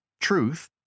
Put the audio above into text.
Truth